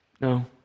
No